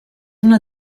una